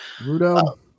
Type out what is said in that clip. Rudo